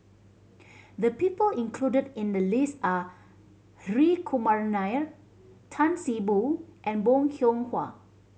the people included in the list are Hri Kumar Nair Tan See Boo and Bong Hiong Hwa